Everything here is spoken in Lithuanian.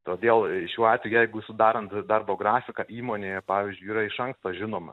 todėl šiuo atvej jeigu sudarant darbo grafiką įmonėje pavyzdžiui yra iš anksto žinoma